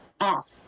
off